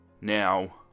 Now